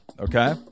okay